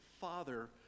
father